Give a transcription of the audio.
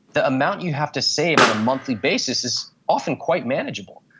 the amount you have to save on a monthly basis is often quite manageable.